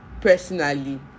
personally